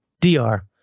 Dr